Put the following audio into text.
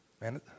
Man